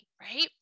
right